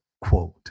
quote